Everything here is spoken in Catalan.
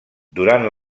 durant